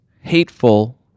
hateful